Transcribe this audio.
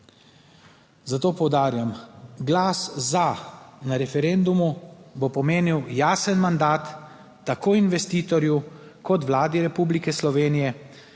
Zato poudarjam, glas za na referendumu bo pomenil jasen mandat tako investitorju, kot Vladi Republike Slovenije,